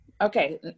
Okay